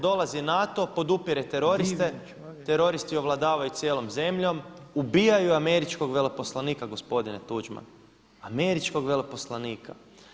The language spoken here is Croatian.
Dolazi NATO, podupire teroriste, teroristi ovladavaju cijelom zemljom, ubijaju američkog veleposlanika gospodine Tuđman, američkog veleposlanika.